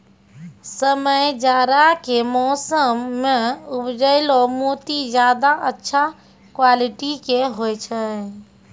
समय जाड़ा के मौसम मॅ उपजैलो मोती ज्यादा अच्छा क्वालिटी के होय छै